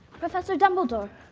professor dumbledore.